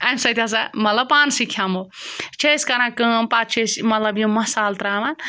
اَمہِ سۭتۍ ہَسا مطلب پانسٕے کھیٚمو چھِ أسۍ کَران کٲم پَتہٕ چھِ أسۍ مطلب یِم مصالہٕ ترٛاوان